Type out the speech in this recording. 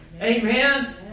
Amen